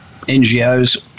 NGOs